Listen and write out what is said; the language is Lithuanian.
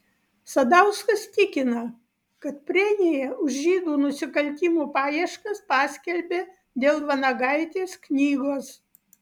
sadauskas tikina kad premiją už žydų nusikaltimų paieškas paskelbė dėl vanagaitės knygos